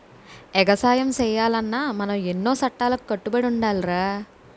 ఎగసాయం సెయ్యాలన్నా మనం ఎన్నో సట్టాలకి కట్టుబడి ఉండాలిరా